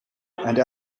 and